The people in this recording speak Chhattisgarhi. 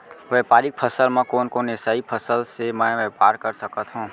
व्यापारिक फसल म कोन कोन एसई फसल से मैं व्यापार कर सकत हो?